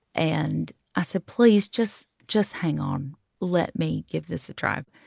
and i said, please just just hang on let me give this a try.